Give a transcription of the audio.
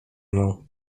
mną